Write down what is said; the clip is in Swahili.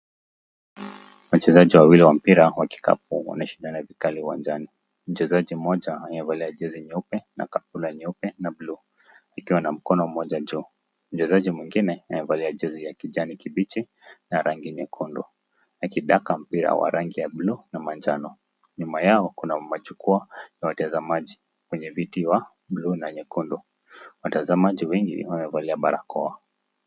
Wachezaji wawili wa mpira wa kikapu wanashindana vikali uwanjani. Mchezaji mmoja aliyevalia jazi nyeupe na kaptura nyeupe na bluu, ikiwa na mkono moja juu, mchezaji mwingine amevalia jezi ya kijani kibichi na rangi nyekundu akindaka mpira wa rangi ya bluu na majano, nyuma yao kuna majukwaa na watazamaji kwenye viti wa bluu na nyekundu, watazamaji wengi wamevalia barakoa.